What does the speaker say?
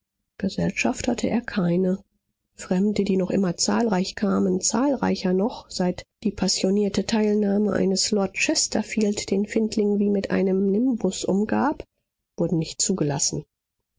gesellschaft hatte er keine fremde die noch immer zahlreich kamen zahlreicher noch seit die passionierte teilnahme eines lord chesterfield den findling wie mit einem nimbus umgab wurden nicht zugelassen